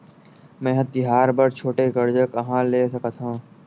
मेंहा तिहार बर छोटे कर्जा कहाँ ले सकथव?